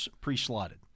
pre-slotted